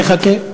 חכה.